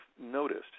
noticed